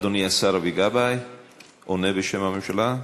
אדוני השר גבאי עונה בשם הממשלה.